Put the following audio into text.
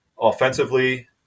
offensively